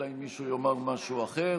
אלא אם מישהו יאמר משהו אחר.